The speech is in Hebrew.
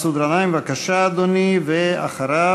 חבר הכנסת מסעוד גנאים, בבקשה, אדוני, ואחריו,